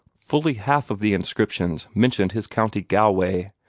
fully half of the inscriptions mentioned his county galway